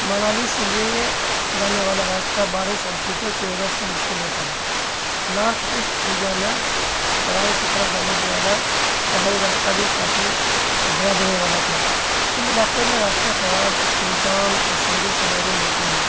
منالی سے لیہ جانے والا راستہ بارش اور کیچڑ کی وجہ سے مشکل ہوتا ہے نارتھ ایسٹ انڈیا میں توانگ کی طرف جانے کے والا پہاریی راستہ بھی کافی ڈرا دینے والا تھا ان علاقوں میں راستے خراب سنسان اور سنگل سے محروم ہوتے ہیں